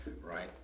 right